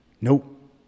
Nope